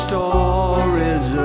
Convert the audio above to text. Stories